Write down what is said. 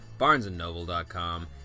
barnesandnoble.com